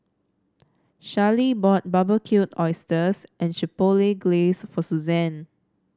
Charly bought Barbecued Oysters and Chipotle Glaze for Suzanne